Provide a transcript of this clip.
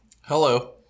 Hello